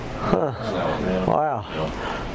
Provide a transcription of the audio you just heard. Wow